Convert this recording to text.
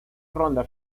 ronda